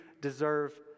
deserve